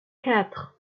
quatre